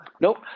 nope